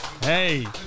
hey